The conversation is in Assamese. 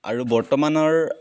আৰু বৰ্তমানৰ